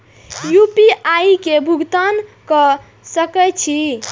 UPI से भुगतान क सके छी?